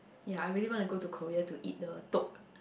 ya I really wanna go to Korea to eat the